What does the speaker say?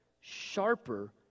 sharper